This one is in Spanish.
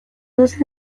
dos